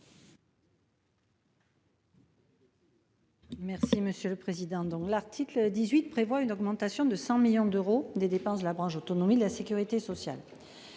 l'amendement n° 1564. L'article 18 prévoit une augmentation de 100 millions d'euros des dépenses de la branche autonomie de la sécurité sociale.